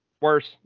Worse